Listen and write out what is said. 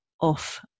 Off